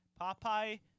Popeye